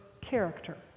character